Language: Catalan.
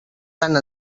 tant